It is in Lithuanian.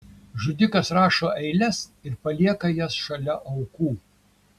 žudikas rašo eiles ir palieka jas šalia aukų